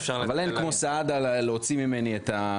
אבל אין כמו סעדה להוציא ממני את ה